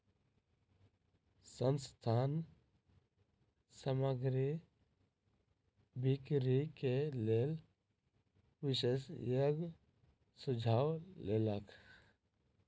संस्थान सामग्री बिक्री के लेल विशेषज्ञक सुझाव लेलक